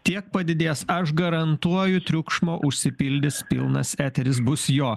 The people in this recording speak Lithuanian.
tiek padidės aš garantuoju triukšmo užsipildys pilnas eteris bus jo